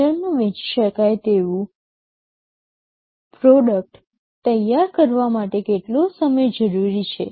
બજારમાં વેચી શકાય તેવું પ્રોડક્ટ તૈયાર કરવા માટે કેટલો સમય જરૂરી છે